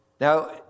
Now